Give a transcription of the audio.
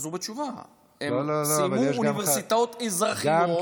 חזרו בתשובה, הם סיימו אוניברסיטאות אזרחיות, לא.